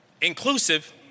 inclusive